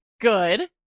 Good